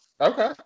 Okay